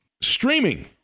Streaming